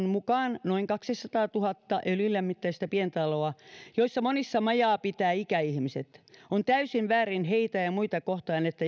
mukaan noin kaksisataatuhatta öljylämmitteistä pientaloa joissa monissa majaa pitävät ikäihmiset on täysin väärin heitä ja muita kohtaan että